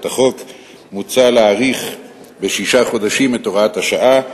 החוק מוצע להאריך בשישה חודשים את הוראת השעה,